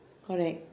correct